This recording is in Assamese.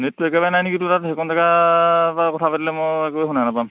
নেটটো একেবাৰে নাই নেকি তোৰ তাত সেইকণ জাগা প পৰা কথা পাতিলে মই একোৱে শুনা নাপাম